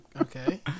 Okay